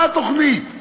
מה התוכנית?